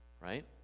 right